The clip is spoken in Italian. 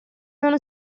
vanno